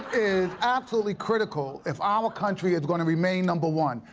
is absolutely critical if our country is going to remain number one.